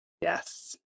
Yes